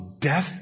death